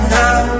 now